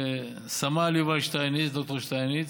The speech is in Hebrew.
שסמל יובל שטייניץ, ד"ר שטייניץ,